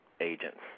agents